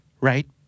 right